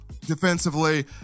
defensively